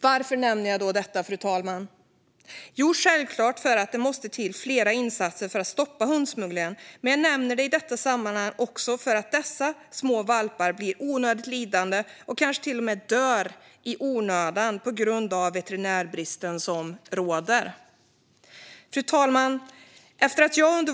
Varför nämner jag då detta, fru talman? Jo, självklart för att det måste till flera insatser för att stoppa hundsmugglingen. Men jag nämner det i detta sammanhang även för att dessa små valpar blir onödigt lidande och kanske till och med dör i onödan på grund av den veterinärbrist som råder. Fru talman!